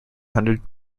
hundred